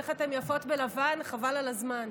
איך אתם יפות בלבן, חבל על הזמן.